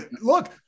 Look